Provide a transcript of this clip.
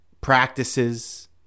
practices